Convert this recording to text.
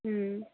अँ